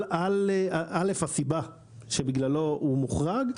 ראשית, הסיבה שבגללה הוא מוחרג.